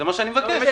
זה מה שאני מבקש.